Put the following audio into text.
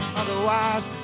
otherwise